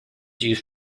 used